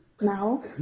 now